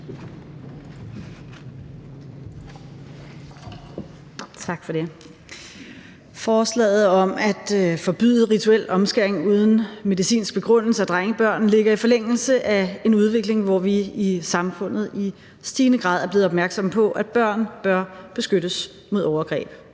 Tak for det. Forslaget om at forbyde rituel omskæring af drengebørn uden medicinsk begrundelse ligger i forlængelse af en udvikling, hvor vi i samfundet i stigende grad er blevet opmærksomme på, at børn bør beskyttes mod overgreb.